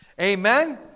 Amen